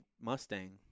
Mustang